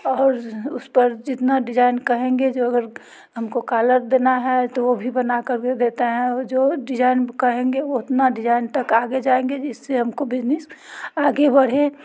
और उस पर जितना डिजाइन कहेंगे जो अगर हम को काला देना है तो वो भी बना कर देतें है वो जो डिजाइन कहेंगे उतना डिजाइन तक आगे जाएंगे जिससे हम को बिज़नेस आगे बढ़े